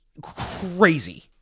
Crazy